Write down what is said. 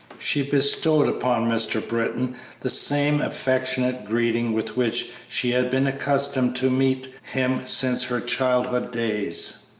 she bestowed upon mr. britton the same affectionate greeting with which she had been accustomed to meet him since her childhood's days.